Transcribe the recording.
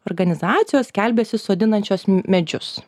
organizacijos skelbėsi sodinančios medžius